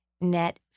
net